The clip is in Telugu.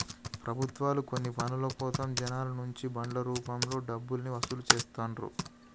ప్రభుత్వాలు కొన్ని పనుల కోసం జనాల నుంచి బాండ్ల రూపంలో డబ్బుల్ని వసూలు చేత్తండ్రు